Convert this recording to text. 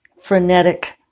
frenetic